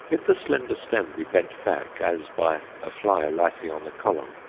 if the slender stem be bent back, as by a fly alighting on the column,